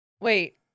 Wait